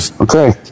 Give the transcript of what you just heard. Okay